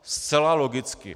Zcela logicky.